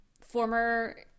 former